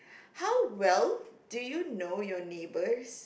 how well do you know your neighbours